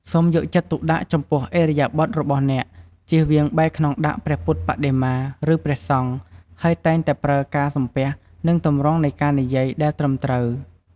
សូមយកចិត្តទុកដាក់ចំពោះឥរិយាបថរបស់អ្នក ជៀសវាងបែរខ្នងដាក់ព្រះពុទ្ធបដិមា ឬព្រះសង្ឃ ហើយតែងតែប្រើការសំពះ និងទម្រង់នៃការនិយាយដែលត្រឹមត្រូវ។